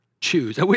choose